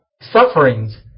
sufferings